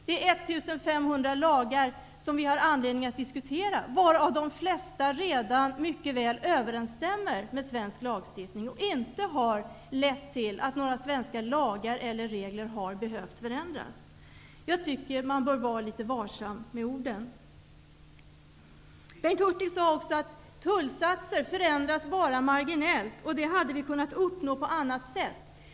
Det är 1 500 lagar som vi har anledning att diskutera, varav de flesta redan mycket väl överensstämmer med svensk lagstiftning. De har inte lett till att några svenska lagar eller regler har behövts förändras. Jag tycker att man bör vara litet varsam med orden. Bengt Hurtig sade också att tullsatser bara förändras marginellt och att vi hade kunnat uppnå detta på annat sätt.